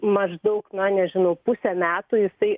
maždaug na nežinau pusę metų jisai